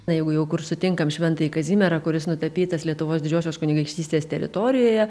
na jeigu jau kur sutinkam šventąjį kazimierą kuris nutapytas lietuvos didžiosios kunigaikštystės teritorijoje